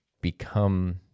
become